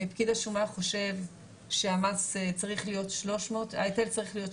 פקיד השומה חושב שההיטל צריך להיות 300 מיליון,